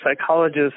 psychologist